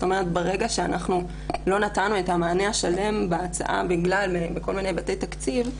ברגע שאנחנו לא נתנו את המענה השלם בהצעה בגלל כל מיני היבטי תקציב,